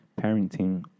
parenting